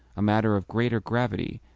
a matter of greater gravity,